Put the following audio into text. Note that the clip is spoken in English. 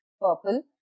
Purple